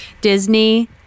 Disney-